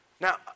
Now